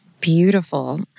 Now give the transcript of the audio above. Beautiful